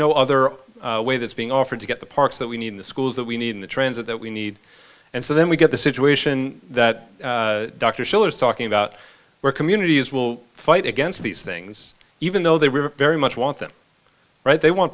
no other way that's being offered to get the parks that we need in the schools that we need in the transit that we need and so then we get the situation that dr shiller's talking about where communities will fight against these things even though they were very much want that right they want